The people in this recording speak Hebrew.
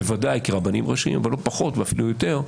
בוודאי כרבנים ראשיים אבל לא פחות ואפילו יותר,